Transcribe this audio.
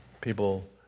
people